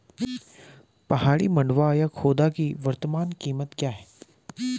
पहाड़ी मंडुवा या खोदा की वर्तमान कीमत क्या है?